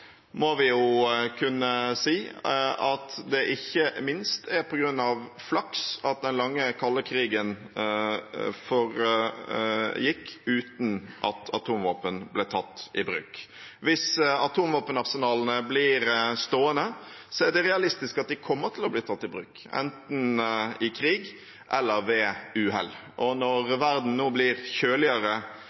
må vi kunne si at det ikke minst er på grunn av flaks at den lange, kalde krigen foregikk uten at atomvåpen ble tatt i bruk. Hvis atomvåpenarsenalene blir stående, er det realistisk at de kommer til å bli tatt i bruk, enten i krig eller ved uhell. Når verden nå blir kjøligere